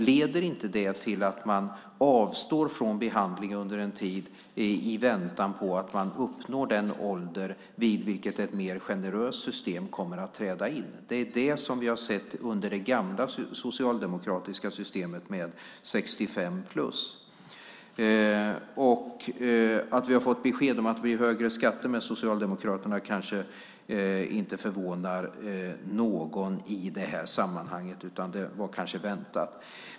Leder inte det till att man avstår från behandling under en tid i väntan på att man uppnår den ålder vid vilken ett mer generöst system kommer att träda in? Det är det vi har sett under det gamla socialdemokratiska systemet med 65-plus. Att vi har fått besked om att det blir högre skatter med Socialdemokraterna kanske inte förvånar någon i det här sammanhanget, utan det var kanske väntat.